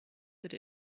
could